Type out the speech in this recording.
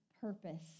purpose